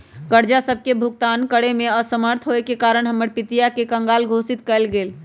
कर्जा सभके भुगतान करेमे असमर्थ होयेके कारण हमर पितिया के कँगाल घोषित कएल गेल